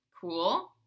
cool